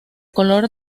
color